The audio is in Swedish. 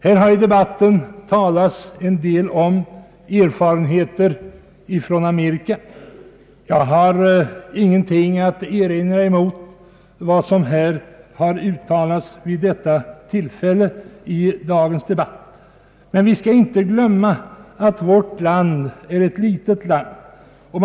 Här har i debatten talats en del om erfarenheter från Amerika. Jag har ingenting att erinra mot vad som därvid har sagts i dagens debatt. Men vi skall inte glömma att vårt land är ett litet land.